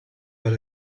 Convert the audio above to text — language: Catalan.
per